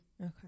Okay